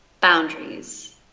boundaries